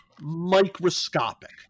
microscopic